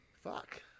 Fuck